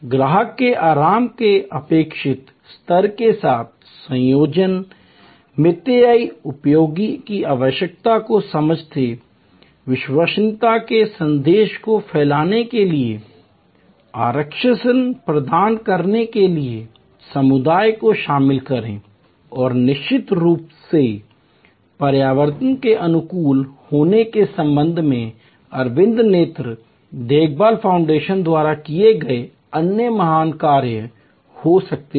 ग्राहक के आराम के अपेक्षित स्तर के साथ संयोजन मितव्ययी उपयोगिता की आवश्यकता को समझें विश्वसनीयता के संदेश को फैलाने के लिए आश्वासन प्रदान करने के लिए समुदाय को शामिल करें और निश्चित रूप से पर्यावरण के अनुकूल होने के संबंध में अरविंद नेत्र देखभाल फाउंडेशन द्वारा किए गए अन्य महान कार्य हो सकते हैं